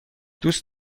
دوست